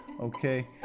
Okay